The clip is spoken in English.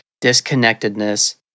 disconnectedness